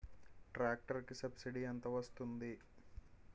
Tractor కి subsidy ఎంత వస్తుంది?